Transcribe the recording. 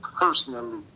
personally